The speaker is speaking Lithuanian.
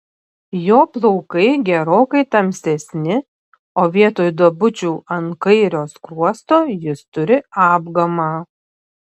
jo plaukai gerokai tamsesni o vietoj duobučių ant kairio skruosto jis turi apgamą